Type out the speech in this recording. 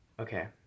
okay